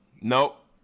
Nope